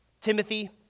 Timothy